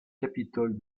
capitole